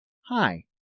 Hi